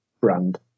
brand